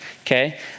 okay